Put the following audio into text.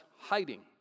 hiding